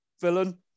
villain